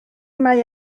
mae